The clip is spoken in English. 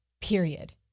period